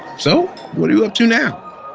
so what are you up to now?